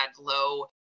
low